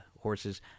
horses